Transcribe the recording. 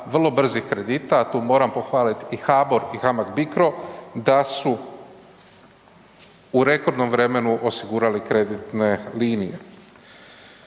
vrlo brzih kredita, a tu moram pohvalit i HBOR i HAMAB Bicro da su u rekordnom vremenu osigurali kreditne linije.